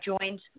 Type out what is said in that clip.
joined